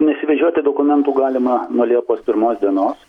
nesivežioti dokumentų galima nuo liepos pirmos dienos